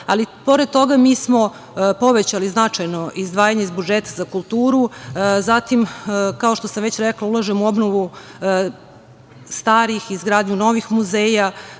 Pored toga, mi smo povećali značajno izdvajanje iz budžeta za kulturu, zatim, kao što sam već rekla, ulažemo u obnovu starih i izgradnju novih muzeja,